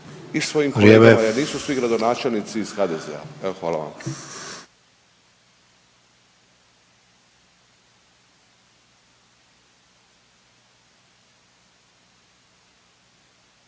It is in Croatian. i svojim kolegama jer nisu svi gradonačelnici iz HDZ-a. Evo, hvala vam.